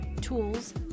tools